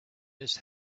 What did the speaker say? miss